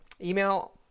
email